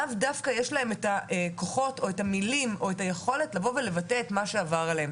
לא בהכרח יש יכולת או כוחות לבטא את מה שעבר עליהם.